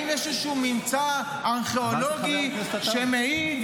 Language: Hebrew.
האם יש איזשהו ממצא ארכיאולוגי שמעיד